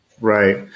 Right